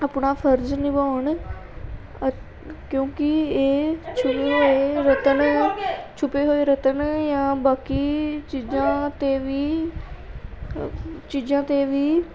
ਆਪਣਾ ਫਰਜ਼ ਨਿਭਾਉਣ ਅਤੇ ਕਿਉਂਕਿ ਇਹ ਛੁਪੇ ਹੋਏ ਰਤਨ ਛੁਪੇ ਹੋਏ ਰਤਨ ਜਾਂ ਬਾਕੀ ਚੀਜ਼ਾਂ 'ਤੇ ਵੀ ਚੀਜ਼ਾਂ 'ਤੇ ਵੀ